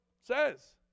says